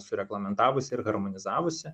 sureglamentavusi ir harmonizavusi